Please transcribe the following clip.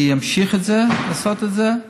אני אמשיך לעשות את זה.